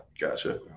Gotcha